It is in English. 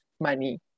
money